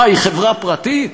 מה, היא חברה פרטית?